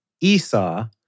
Esau